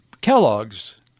Kellogg's